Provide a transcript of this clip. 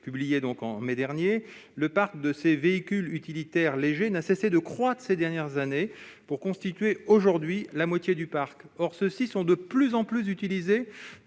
publié en mai dernier, le parc de ces VUL n'a cessé de croître ces dernières années pour constituer aujourd'hui la moitié du parc. Or ceux-ci sont de plus en plus utilisés